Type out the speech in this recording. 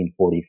1944